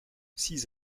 six